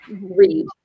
read